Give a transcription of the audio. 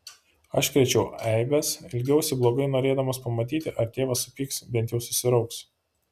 aš krėčiau eibes elgiausi blogai norėdamas pamatyti ar tėvas supyks bent jau susirauks